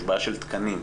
יש בעיה של תקנים.